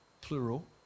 plural